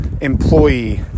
employee